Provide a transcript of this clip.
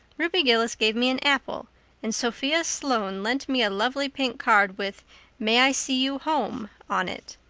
ruby gillis gave me an apple and sophia sloane lent me a lovely pink card with may i see you home on it.